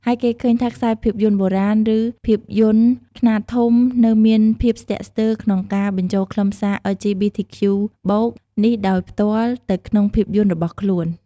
ហើយគេឃើញថាខ្សែភាពយន្តបុរាណ ឬភាពយន្ដខ្នាតធំនៅមានភាពស្ទាក់ស្ទើរក្នុងការបញ្ចូលខ្លឹមសារ អិល ជី ប៊ី ធី ខ្ជូ បូក (LGBTQ+) នេះដោយផ្ទាល់ទៅក្នុងភាពយន្ដរបស់ខ្លួន។